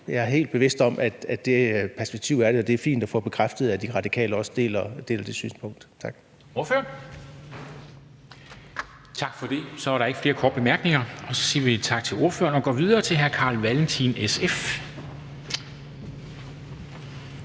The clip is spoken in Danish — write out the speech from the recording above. jeg er helt bevidst om, at der er det perspektiv i det, og det er fint at få bekræftet, at De Radikale deler det synspunkt. Tak.